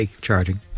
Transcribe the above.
charging